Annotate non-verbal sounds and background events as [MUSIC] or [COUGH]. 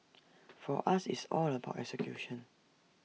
for us it's all about [NOISE] execution